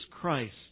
Christ